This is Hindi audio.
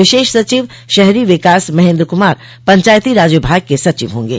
विशेष सचिव शहरी विकास महेन्द्र कुमार पंचायती राज विभाग के सचिव होंगे